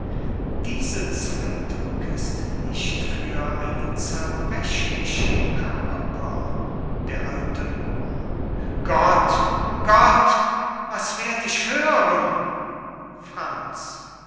diese zeitung ist nicht für einen zerbrechlichen körper d a moor gott gott was werd ich hören franz